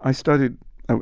i studied